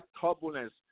turbulence